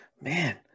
Man